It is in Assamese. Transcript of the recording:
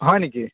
হয় নেকি